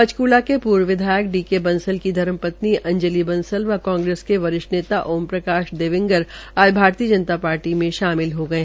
पंचकूला के पूर्व विधायक डी के बंसल की धर्मपत्नी अंजति बंसल व कांग्रेस के वरिष्ठ नेता ओम प्रकाश देविंगर आज भारतीय जनता पार्टी में शामिल हो गये